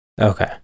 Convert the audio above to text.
Okay